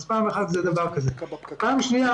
שנית,